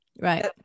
Right